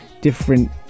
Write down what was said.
different